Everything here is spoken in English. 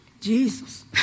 Jesus